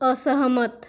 असहमत